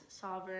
sovereign